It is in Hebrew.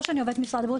לא כעובדת משרד הבריאות,